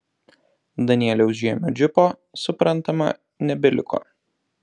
danieliaus žiemio džipo suprantama nebeliko